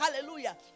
hallelujah